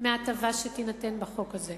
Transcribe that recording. מההטבה שתינתן בחוק הזה.